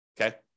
Okay